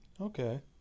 Okay